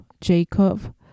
Jacob